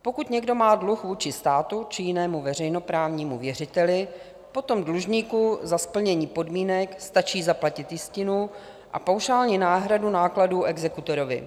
Pokud někdo má dluh vůči státu či jinému veřejnoprávnímu věřiteli, potom dlužníku za splnění podmínek stačí zaplatit jistinu a paušální náhradu nákladů exekutorovi.